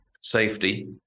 safety